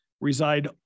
reside